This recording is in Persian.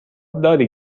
داری